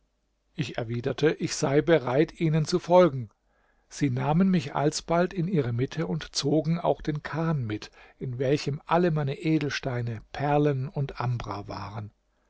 ich erwiderte ich sei bereit ihnen zu folgen sie nahmen mich alsbald in ihre mitte und zogen auch den kahn mit in welchem alle meine edelsteine perlen und ambra waren